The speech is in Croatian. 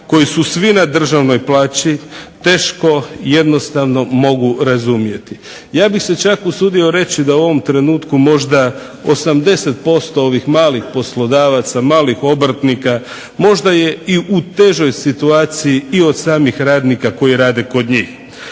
koji su svi na državnoj plaći teško jednostavno mogu razumjeti. Ja bih se čak usudio reći da u ovom trenutku 80% ovih malih poslodavaca, malih obrtnika možda je i u težoj situaciji i od samih radnika koji rade za njih.